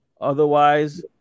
Otherwise